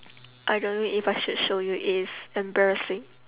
I don't know if I should show you it is embarrassing